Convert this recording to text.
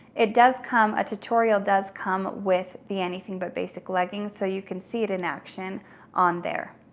it does come, a tutorial does come with the anything but basic leggings, so you can see it in action on there.